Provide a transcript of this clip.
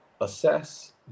assess